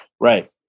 Right